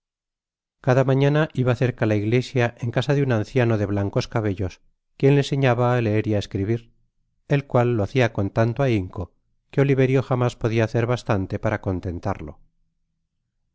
cada mañana iba cerca la iglesia en casa un anciano de blancos cabellos quien le enseñaba á leer y á escribir el cual lo hacia con tanto ahinco que oliverio jamás podia hacer bastante para contentarlo en